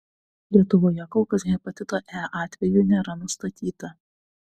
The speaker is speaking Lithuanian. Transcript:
lietuvoje kol kas hepatito e atvejų nėra nustatyta